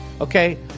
okay